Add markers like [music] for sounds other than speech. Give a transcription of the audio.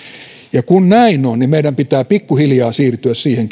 ja kun näin on niin meidän pitää pikkuhiljaa siirtyä siihen [unintelligible]